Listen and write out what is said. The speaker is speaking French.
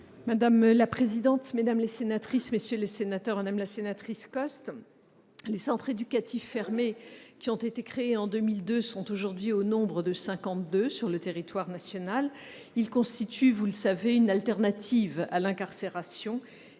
Madame la présidente, mesdames les sénatrices, messieurs les sénateurs, madame la sénatrice Josiane Costes, les centres éducatifs fermés, qui ont été créés en 2002, sont aujourd'hui au nombre de cinquante-deux sur le territoire national. Ils constituent, vous le savez, une alternative à l'incarcération.